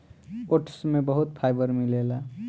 oats में बहुत fibre मिलेला